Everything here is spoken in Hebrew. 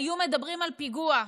היו מדברים על פיגוע,